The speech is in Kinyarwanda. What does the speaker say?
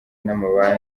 n’amabanki